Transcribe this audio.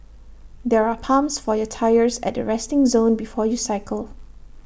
there are pumps for your tyres at the resting zone before you cycle